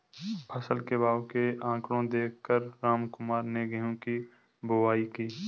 फसल के भाव के आंकड़े देख कर रामकुमार ने गेहूं की बुवाई की